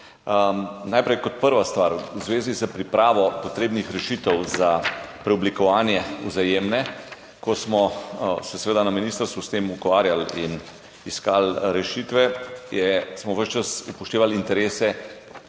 Najprej kot prva stvar v zvezi s pripravo potrebnih rešitev za preoblikovanje Vzajemne – ko smo se seveda na ministrstvu s tem ukvarjali in iskali rešitve, smo ves čas upoštevali interese